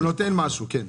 הוא נותן משהו, כן.